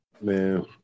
man